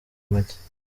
make